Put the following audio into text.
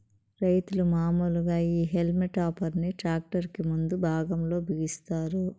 రైతులు మాములుగా ఈ హల్మ్ టాపర్ ని ట్రాక్టర్ కి ముందు భాగం లో బిగిస్తారు